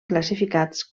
classificats